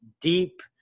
deep